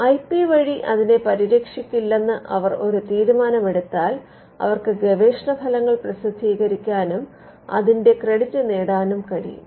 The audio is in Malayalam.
ഐ പി വഴി അതിനെ പരിരക്ഷിക്കില്ലെന്ന് അവർ ഒരു തീരുമാനം എടുത്താൽ അവർക്ക് ഗവേഷണ ഫലങ്ങൾ പ്രസിദ്ധീകരിക്കാനും അതിന്റെ ക്രെഡിറ്റ് നേടാനും കഴിയും